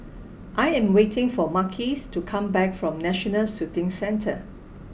I am waiting for Marques to come back from National Shooting Centre